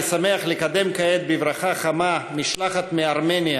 אני שמח לקדם כעת בברכה חמה משלחת מארמניה